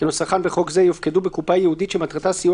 כנוסחן בחוק זה יופקדו בקופה ייעודית שמטרתה סיוע